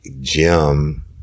Jim